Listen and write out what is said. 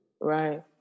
Right